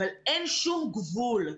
אין שום גבול.